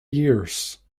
years